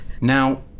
Now